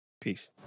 Peace